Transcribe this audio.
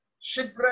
shipwreck